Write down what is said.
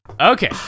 Okay